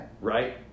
right